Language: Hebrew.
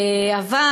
אבל,